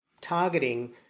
targeting